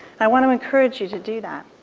i want to encourage you to do that.